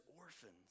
orphans